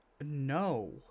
No